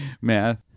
Math